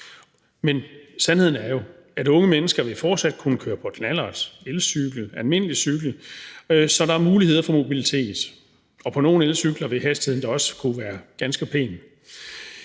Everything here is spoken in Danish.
men sandheden er jo, at unge mennesker fortsat vil kunne køre på knallert, elcykel, almindelig cykel, så der er mulighed for mobilitet, og på nogle elcykler vil hastigheden da også kunne være ganske pæn.